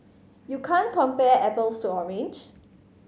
you can't compare apples to orange